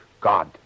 God